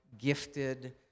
gifted